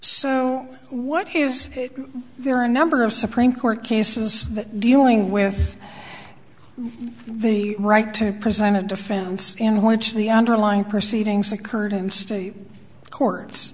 so what is there are a number of supreme court cases that dealing with the right to present a defense in which the underlying proceedings occurred in state courts